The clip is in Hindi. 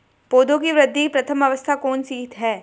पौधों की वृद्धि की प्रथम अवस्था कौन सी है?